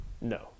No